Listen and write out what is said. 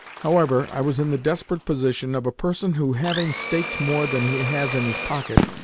however, i was in the desperate position of a person who, having staked more than he has in his pocket,